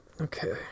Okay